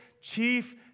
chief